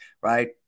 right